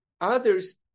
Others